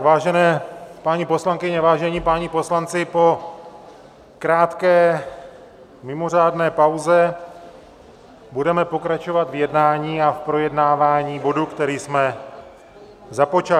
Vážené paní poslankyně, vážení páni poslanci, po krátké mimořádné pauze budeme pokračovat v jednání a projednávání bodu, který jsme započali.